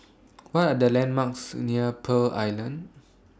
What Are The landmarks near Pearl Island